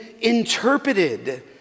interpreted